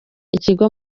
ikigo